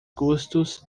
custos